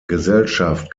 gesellschaft